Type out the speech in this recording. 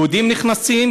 יהודים נכנסים,